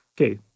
Okay